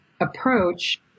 approach